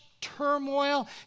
Turmoil